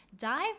dive